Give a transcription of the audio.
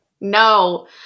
no